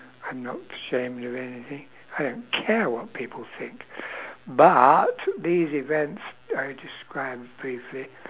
I'm not ashamed of anything I don't care what people think but these events I described briefly